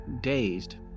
dazed